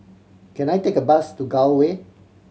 can I take a bus to Gul Way